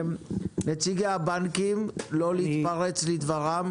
נציגי הבנקים, לא להתפרץ לדבריו.